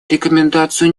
рекомендацию